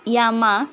Yamaha